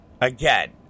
Again